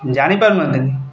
ଜାଣିପାରୁନାହାନ୍ତି କି